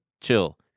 chill